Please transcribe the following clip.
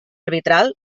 arbitral